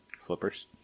flippers